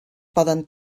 poden